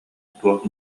туох